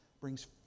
brings